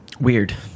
weird